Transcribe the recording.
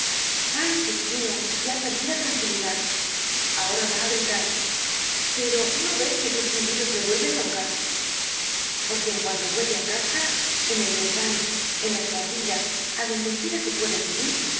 madre aydios mio ya perdí la tranquilidad ahora va á gritar pero no ves que tus chillidos me vuelven loca porque en cuanto vuelve á casa en el desvan en las bohardillas á donde quiera que puede subir